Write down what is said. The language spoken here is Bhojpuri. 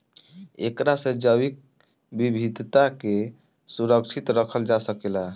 एकरा से जैविक विविधता के सुरक्षित रखल जा सकेला